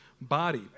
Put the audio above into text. body